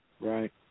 right